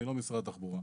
אני לא משרד התחבורה.